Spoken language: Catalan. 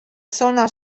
zona